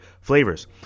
flavors